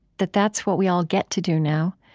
that that's what we all get to do now,